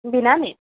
বিনানিত